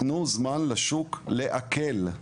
תנו זמן לשוק לעכל.